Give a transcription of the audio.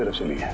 to me?